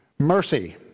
mercy